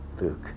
Luke